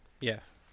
Yes